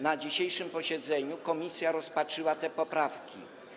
Na dzisiejszym posiedzeniu komisja rozpatrzyła te poprawki.